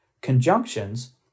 Conjunctions